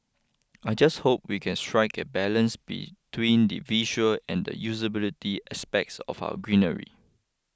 I just hope we can strike a balance between the visual and the usability aspects of our greenery